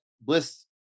bliss